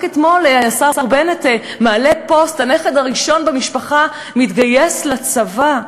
רק אתמול השר בנט מעלה פוסט: הנכד הראשון במשפחה מתגייס לצבא.